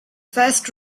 first